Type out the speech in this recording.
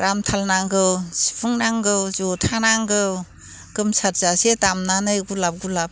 दानथाल नांगौ सिफुं नांगौ जथा नांगौ गोमसार जासे दामनानै गुरलाब गुरलाब